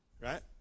Right